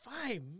five